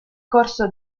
corso